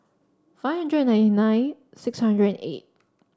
five hundred and ninety nine six hundred and eight